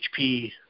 HP